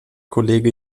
kollege